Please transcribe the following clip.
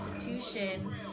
Institution